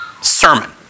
sermon